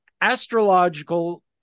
astrological